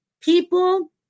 people